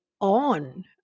on